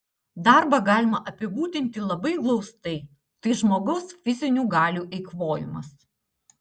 darbą galima apibūdinti labai glaustai tai žmogaus fizinių galių eikvojimas